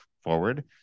forward